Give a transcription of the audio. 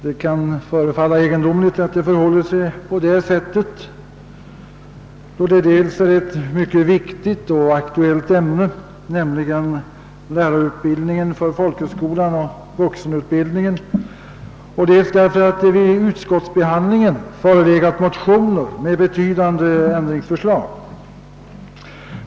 Detta kan förefalla egendomligt dels därför att det är ett mycket viktigt och aktuellt ämne, nämligen lärarutbildningen för folkhögskolan och vuxenutbildningen, dels därför att det vid utskottsbehandlingen förelegat motioner med betydande ändringsförslag.